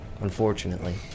unfortunately